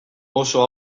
oso